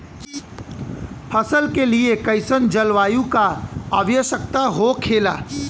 फसल के लिए कईसन जलवायु का आवश्यकता हो खेला?